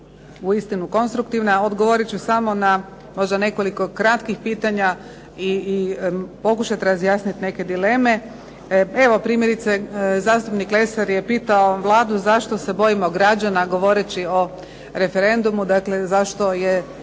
uistinu konstruktivna. Odgovorit ću samo na možda nekoliko kratkih pitanja i pokušati razjasniti neke dileme. Evo primjerice, zastupnik Lesar je pitao Vladu zašto se bojimo građana, govoreći o referendumu, dakle zašto je